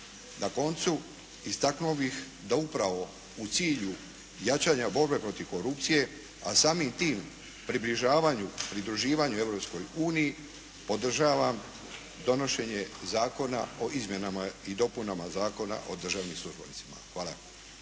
Na koncu, istaknuo bih da upravo u cilju jačanja borbe protiv korupcije, a samim tim približavanju pridruživanju Europskoj uniji podržavam donošenje Zakona o izmjenama i dopunama Zakona o državnim službenicima. Hvala.